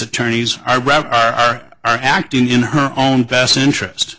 attorneys are are are acting in her own best interest